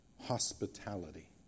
hospitality